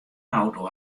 auto